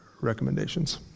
recommendations